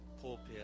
pulpit